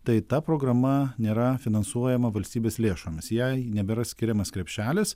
tai ta programa nėra finansuojama valstybės lėšomis jai nebėra skiriamas krepšelis